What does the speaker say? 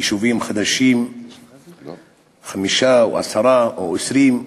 יישובים חדשים, חמישה, עשרה או 20,